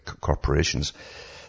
corporations